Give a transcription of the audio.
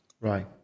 Right